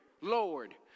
Lord